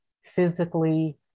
physically